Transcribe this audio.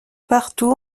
partout